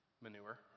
Manure